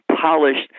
polished